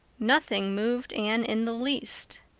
nothing moved anne in the least.